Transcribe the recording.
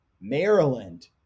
Maryland